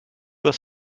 was